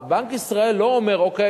בנק ישראל לא אומר: אוקיי,